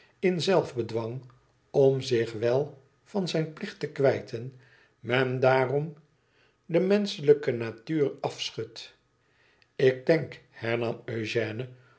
in zelf bedwang om zich wèl van zijn plicht te kwijten men daarom de menschelijke natuur afschudt ik denk hernam eugène